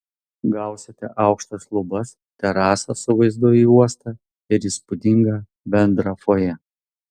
gausite aukštas lubas terasą su vaizdu į uostą ir įspūdingą bendrą fojė